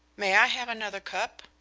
may i have another cup?